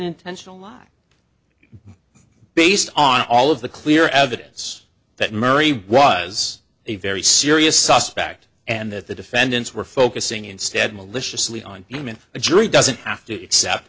intentional lie based on all of the clear evidence that murray was a very serious suspect and that the defendants were focusing instead maliciously on human the jury doesn't have to accept